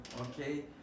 okay